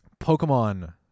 Pokemon